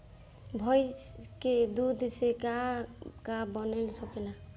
भइस के दूध से का का बन सकेला?